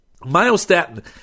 Myostatin